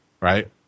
Right